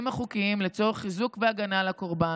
החוקים לצורך חיזוק הקורבן והגנה עליו.